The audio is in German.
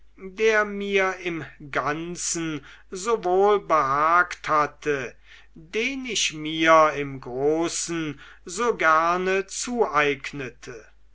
der mir im ganzen so wohl behagt hatte den ich mir im großen so gerne zueignete